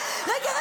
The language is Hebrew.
רגע,